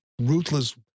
ruthless